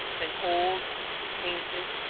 and old, and painted,